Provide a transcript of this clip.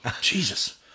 Jesus